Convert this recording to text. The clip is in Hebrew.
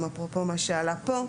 אפרופו מה שעלה פה,